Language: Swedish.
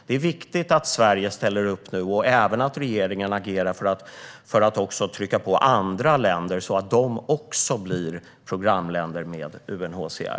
Det är viktigt att Sverige nu ställer upp och även att regeringen agerar för att också trycka på andra länder, så att de också blir programländer med UNHCR.